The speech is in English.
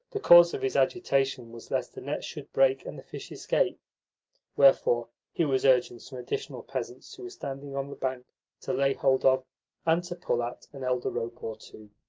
the cause of his agitation was lest the net should break, and the fish escape wherefore he was urging some additional peasants who were standing on the bank to lay hold of and to pull at, an extra rope or two.